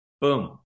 Boom